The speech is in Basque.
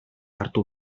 hartu